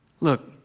Look